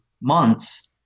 months